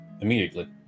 immediately